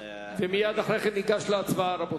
מייד אחרי כן ניגש להצבעה, רבותי.